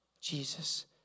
Jesus